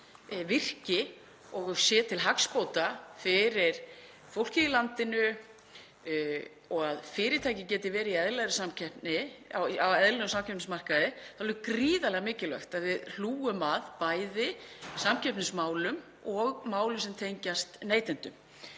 virki og sé til hagsbóta fyrir fólkið í landinu og til að fyrirtæki geti verið á eðlilegum samkeppnismarkaði þá er alveg gríðarlega mikilvægt að við hlúum að bæði samkeppnismálum og málum sem tengjast neytendum.